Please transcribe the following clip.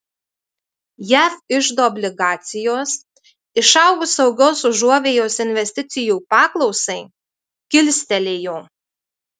jav iždo obligacijos išaugus saugios užuovėjos investicijų paklausai kilstelėjo